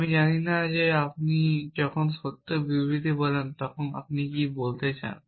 আমি জানি না আপনি যখন সত্য বিবৃতি বলেন তখন আপনি কী বলতে চান